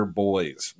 boys